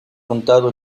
contado